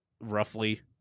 roughly